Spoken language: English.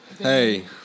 Hey